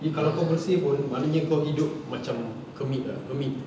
ni kalau kau bersih pun maknanya kau hidup macam kermit ah hermit